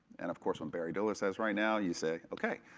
and of course when barry diller says, right now, you say, okay.